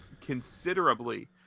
considerably